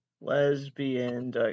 Lesbian